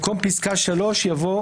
במקום פסקה (3) יבוא: